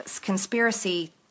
conspiracy